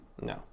no